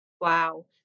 Wow